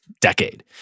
decade